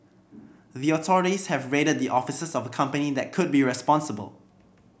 the authorities have raided the offices of a company that could be responsible